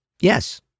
yes